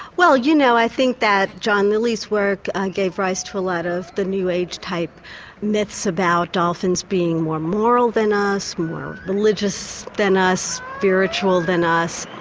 well you know i think that john lilly's work gave rise to a lot of the new age type myths about dolphins being more moral than us, more religious than us, more spiritual than us.